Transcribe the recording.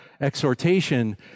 exhortation